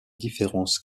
différence